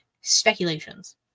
Speculations